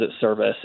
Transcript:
service